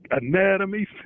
anatomy